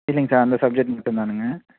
இல்லைங்க சார் அந்த சப்ஜெக்ட் மட்டும் தானுங்க